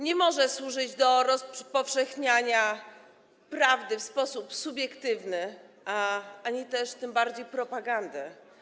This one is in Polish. Nie może ona służyć do rozpowszechniania prawdy w sposób subiektywny ani też, tym bardziej, propagandy.